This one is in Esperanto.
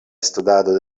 studado